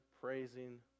praising